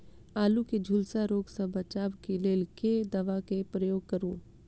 आलु केँ झुलसा रोग सऽ बचाब केँ लेल केँ दवा केँ प्रयोग करू?